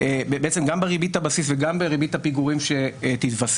גם בריבית הבסיס וגם בריבית הפיגורים שתתווסף.